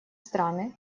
страны